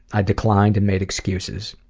i declined and made excuses.